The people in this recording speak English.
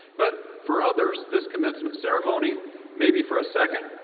but for others, this commencement ceremony may be for a second,